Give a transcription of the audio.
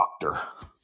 doctor